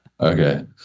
Okay